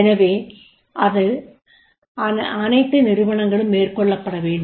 எனவே அதை அனைத்து நிறுவனங்களும் மேற்கொள்ள வேண்டும்